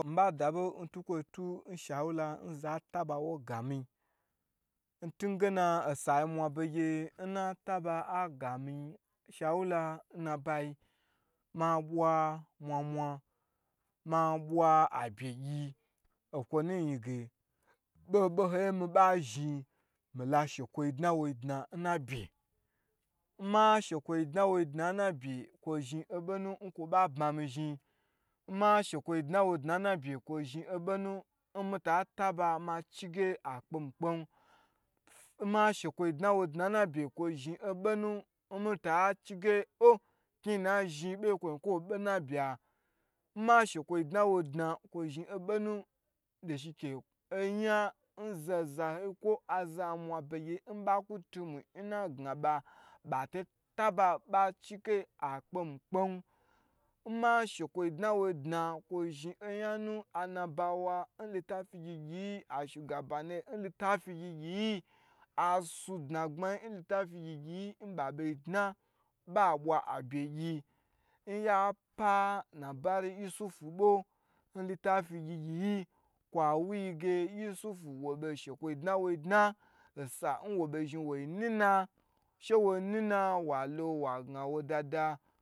Shawura nza taba wo gami ntugena osa mwa begye n na taba a gama shawara nna ba yi ma bwa mwa mwa ma bwa abye gyi okwonu yin ge boho boho yi nmi ba zhin mila she kwoyi dna wo dna nna bye, nma shekwoyi dna wo dna na bye kwo zhn obonu kwo ba bmamizhi, n ma shekwo dna wo dna nna byu kwo zhin obonu n mi ta taba ma chi nge akpe mi kpen, nma shekwo boda dna n na bye kwo zhi bo nu n mi ta chi ge oh kni na zhin beye kwo, bye n na bye, n ma shekwo dna wo dna kwo zhin obonu tun de shike oyan n za zaho ko aza mwa be gye n baku tumwi n na ku gna ba, bha to tabha ba chi nge akpen kpen, nma shukwo dna w dna kw zhin yan nu nna ana bawa litifi gyi gyi yi, ashugabane nlitfi gyi gyi yi asu dna gbmayi n litifi gyi gyi n ba bei dna ba bwa abye gyi nya pa nabali, n yusufu bo n litifi gyi gyi yi kwo wu yi ge yusufu w bo shekwo dna wo dna, sa nwo bo zhin wo nuna, she wo nuna walo wa dada